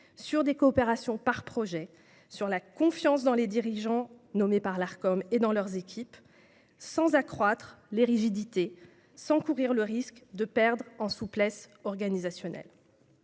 sur des coopérations par projet et sur la confiance dans les dirigeants nommés par l'Arcom et dans leurs équipes, sans accroître les rigidités ni courir le risque de perdre en souplesse organisationnelle.